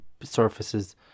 surfaces